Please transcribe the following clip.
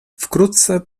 wkrótce